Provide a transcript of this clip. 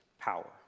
power